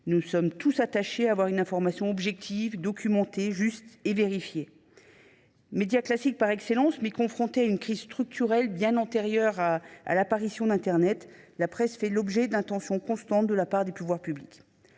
Nous sommes tous attachés à disposer d’une information objective, documentée, juste et vérifiée. Média classique par excellence, mais confrontée à une crise structurelle, bien antérieure à l’apparition d’internet, la presse fait l’objet de l’attention constante des pouvoirs publics.